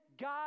God